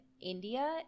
India